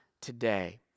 today